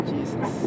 Jesus